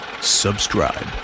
subscribe